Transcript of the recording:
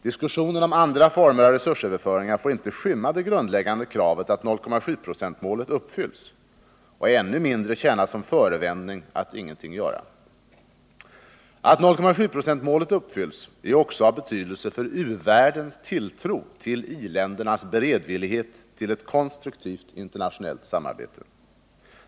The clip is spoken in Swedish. Diskussionen om andra former av resursöverföringar får inte skymma det grundläggande kravet att 0,7-procentsmålet uppfylls — än mindre tjäna som förevändning att ingenting göra. Att 0,7-procentsmålet uppfylls är också av betydelse för u-världens tilltro till i-ländernas beredvillighet till ett konstruktivt internationellt samarbete.